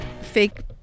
fake